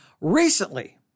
Recently